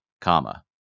comma